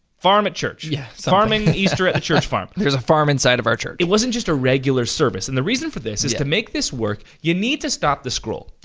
farm at church. yeah. farm and easter at the church farm. there's a farm inside of our church. it wasn't just a regular service. yeah. and the reason for this, is to make this work, you need to stop the scroll.